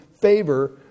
favor